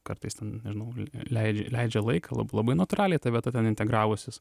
kartais ten nežinau lei leidžia leidžia laiką la labai natūraliai ta vieta ten integravusis